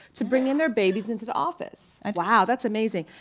to bring in their babies into the office. wow, that's amazing.